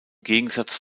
gegensatz